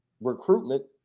recruitment